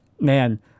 Man